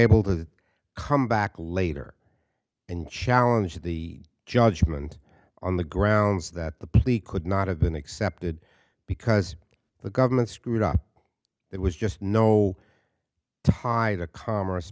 able to come back later and challenge the judgment on the grounds that the plea could not have been accepted because the government screwed up that was just no to hide the commerce